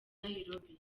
nairobi